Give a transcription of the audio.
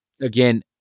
again